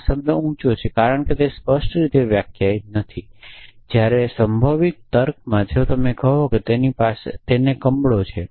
શબ્દ ઉંચો છે કારણ કે તે સ્પષ્ટ રીતે વ્યાખ્યાયિત નથી જ્યારે સંભવિત તર્કમાં જો તમે કહો કે તેની પાસે કમળો છે 0